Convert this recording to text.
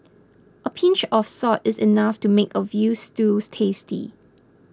a pinch of salt is enough to make a Veal Stew tasty